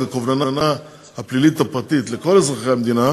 הקובלנה הפלילית הפרטית לכל אזרחי המדינה,